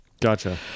Gotcha